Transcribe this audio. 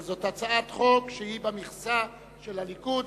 אבל זאת הצעת חוק שהיא במכסה של הליכוד.